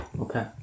Okay